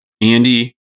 Andy